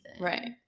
Right